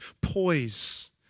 poise